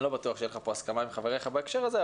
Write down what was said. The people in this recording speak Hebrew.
אני לא בטוח שתהיה לך פה הסכמה עם חבריך בהקשר הזה,